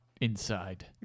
inside